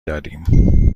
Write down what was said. دادیم